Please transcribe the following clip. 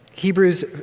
Hebrews